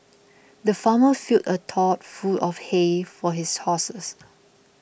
the farmer filled a trough full of hay for his horses